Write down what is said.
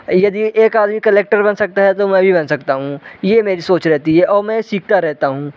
यदि एक आदमी कलेक्टर बन सकता है तो मैं भी बन सकता हूँ यह मेरी सोच रहती है और मैं सीखता रहता हूँ